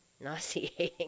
nauseating